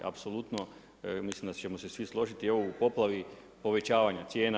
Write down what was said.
Apsolutno mislim da ćemo se svi složiti i ovo u poplavi povećavanja cijena.